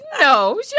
No